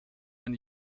man